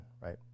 right